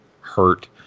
hurt